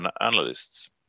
analysts